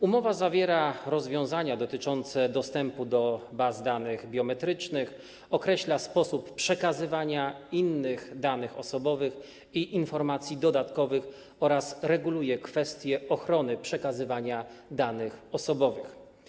Umowa zawiera rozwiązania dotyczące dostępu do baz danych biometrycznych, określa sposób przekazywania innych danych osobowych i informacji dodatkowych oraz reguluje kwestie ochrony przekazywanych danych osobowych.